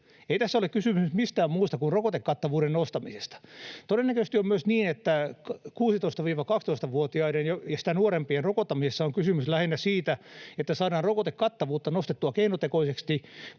Ei tässä ole kysymys mistään muusta kuin rokotekattavuuden nostamisesta. Todennäköisesti on myös niin, että 12—16-vuotiaiden ja sitä nuorempien rokottamisessa on kysymys lähinnä siitä, että saadaan rokotekattavuutta nostettua keinotekoisesti.